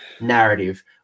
narrative